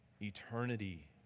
eternity